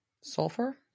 sulfur